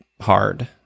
hard